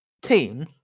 Team